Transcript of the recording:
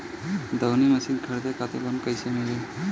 दऊनी मशीन खरीदे खातिर लोन कइसे मिली?